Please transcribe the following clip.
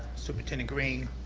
superintendent green,